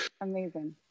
amazing